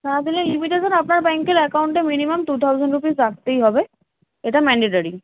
সারা দিনে ইনভিটেশন আপনার ব্যাংকের অ্যাকাউন্টে মিনিমাম টু থাউজেন্ড রুপিস রাখতেই হবে এটা ম্যান্ডেটারি